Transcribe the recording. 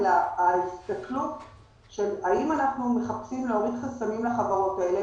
אלא ההסתכלות האם אנחנו מחפשים להוריד חסמים לחברות האלה.